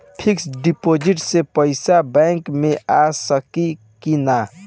Fix deposit से पैसा bank मे आ सकी कि ना?